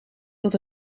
dat